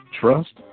trust